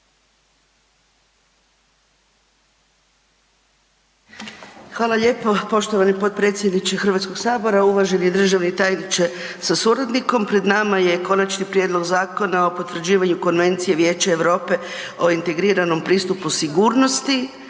Hvala lijepo poštovani potpredsjedniče Hrvatskog sabora, uvaženi državni tajniče sa suradnikom. Pred nama je Konačni prijedlog Zakona o potvrđivanju Konvencije Vijeća Europe o integriranom pristupu sigurnosti,